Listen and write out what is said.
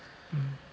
mm